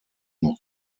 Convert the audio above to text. noch